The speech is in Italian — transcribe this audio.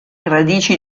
radici